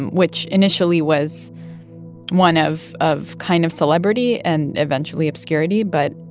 which initially was one of of kind of celebrity and eventually obscurity. but,